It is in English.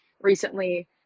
recently